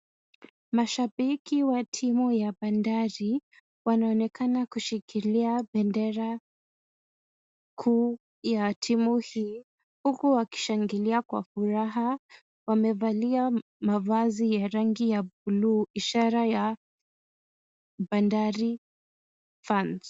Mashabiki ya timu ya bandari, wanaonekana kushikilia bendera kuu ya timu hii, huku wakishangilia kwa furaha. Wamevalia mavazi ya rangi ya buluu, ishara ya Bandari fans .